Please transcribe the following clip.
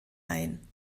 ein